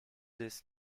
this